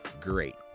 great